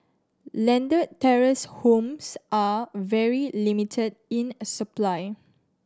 landed terrace homes are very limited in a supply